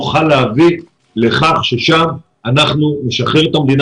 נוכל להביא לכך ששם אנחנו נשחרר את המדינה